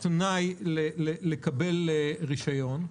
תנאי לקבל רישיון,